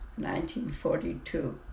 1942